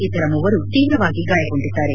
ಇತರ ಮೂವರು ತೀವ್ರವಾಗಿ ಗಾಯಗೊಂಡಿದ್ದಾರೆ